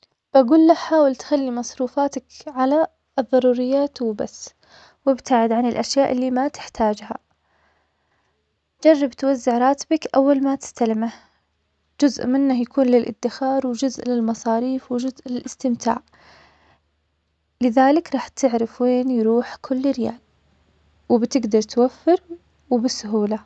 بقوله حاول تخلي مصروفاتك على الضروريات وبس, وابتعد عن الأشياء اللي ما تحتاجها, جرب توزع راتبك اول ما تستلمه, جزء منه يكون للإدخار وجزء للمصاريف وجزء للإستمتاع لذلك راح تعرف وين يروح كل ريال, وبتقدر توفر وبسهولة.